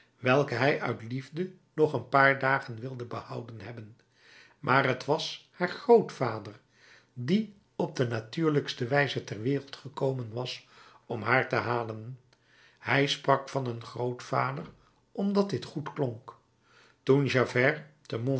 welke hij uit liefde nog een paar dagen wilde behouden hebben maar t was haar grootvader die op de natuurlijkste wijs ter wereld gekomen was om haar te halen hij sprak van een grootvader omdat dit goed klonk toen javert